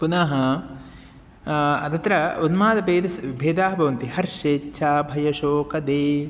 पुनः तत्र उन्मादभेदाः भेदाः भवन्ति हर्षेच्छा भयशोकादेः